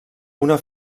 una